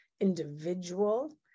individual